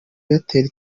airtel